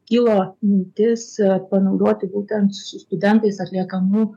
kilo mintis panaudoti būtent su studentais atliekamų